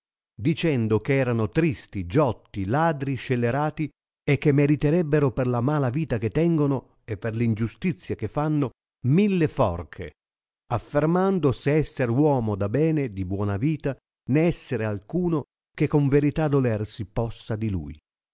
dicendo eh erano tristi giotti ladri scelerati e che meriterebbeno per la mala vita che tengono e per l ingiustizia che fanno mille forche affermando sé esser uomo da bene di buona vita né esser alcuno che con verità dolersi possa di lui